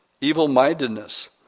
evil-mindedness